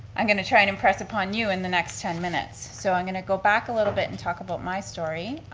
i'm going to try and impress upon you in the next ten minutes. so i'm going to go back a little bit and talk about my story.